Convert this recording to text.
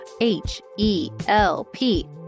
H-E-L-P